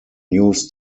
used